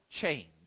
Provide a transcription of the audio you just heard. change